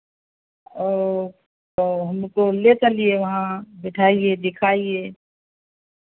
ओ तो हमको ले चलिये वहाँ बिठाइये दिखाइये